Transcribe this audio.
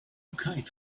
kite